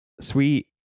sweet